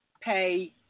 pay